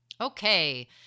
Okay